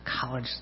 college